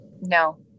no